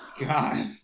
god